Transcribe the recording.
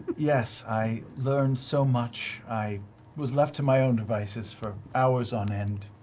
yes, i learned so much. i was left to my own devices for hours on end.